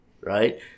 Right